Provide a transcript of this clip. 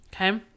Okay